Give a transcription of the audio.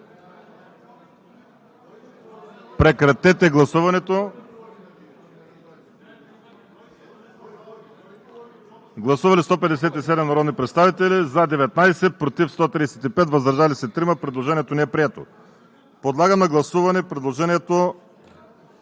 (Оживление и смях.) Гласували 157 народни представители: за 19, против 135, въздържали се 3. Предложението не е прието. Подлагам на гласуване предложението